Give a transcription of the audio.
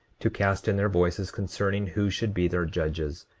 to cast in their voices concerning who should be their judges,